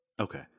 Okay